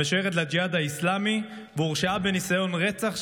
המשויכת לג'יהאד האסלאמי והורשעה בניסיון רצח,